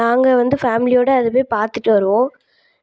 நாங்கள் வந்து ஃபேமிலியோடு அதை போய் பார்த்துட்டு வருவோம்